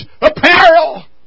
apparel